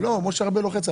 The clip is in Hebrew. כאשר הכול מתנהל